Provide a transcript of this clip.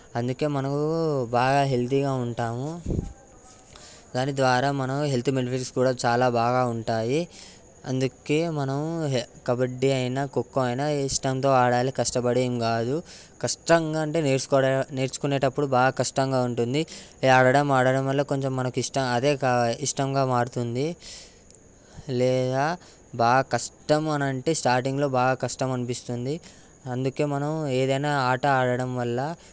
అందుకే మనకు బాగా హెల్తీగా ఉంటాము దాని ద్వారా మనం హెల్త్ బెనిఫిట్స్ కూడా చాలా బాగా ఉంటాయి అందుకే మనం కబడ్డీ అయినా ఖోఖో అయినా ఇష్టంతో ఆడాలి కష్టపడి ఏం కాదు కష్టంగా అంటే నేర్చుకో నేర్చుకునేటప్పుడు బాగా కష్టంగా ఉంటుంది ఆడడం ఆడడం వల్ల కొంచెం మనకి ఇష్టం అదే ఇష్టంగా మారుతుంది కావాలి లేదా బాగా కష్టమని అంటే స్టార్టింగ్లో బాగా కష్టం అనిపిస్తుంది అందుకే మనం ఏదైనా ఆట ఆడడం వల్ల